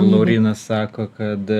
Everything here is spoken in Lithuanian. laurynas sako kad